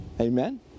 Amen